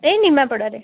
ଏଇ ନିମାପଡ଼ାରେ